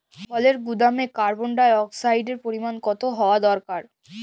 ফলের গুদামে কার্বন ডাই অক্সাইডের পরিমাণ কত হওয়া দরকার?